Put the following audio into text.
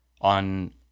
on